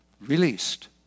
released